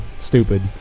stupid